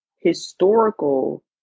historical